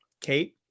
Kate